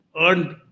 earned